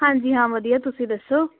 ਹਾਂਜੀ ਹਾਂ ਵਧੀਆ ਤੁਸੀਂ ਦੱਸੋ